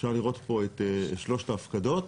אפשר לראות פה את שלושת ההפקדות.